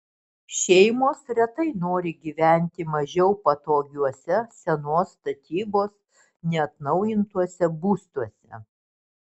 šeimos retai nori gyventi mažiau patogiuose senos statybos neatnaujintuose būstuose